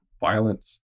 violence